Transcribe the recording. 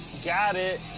got it.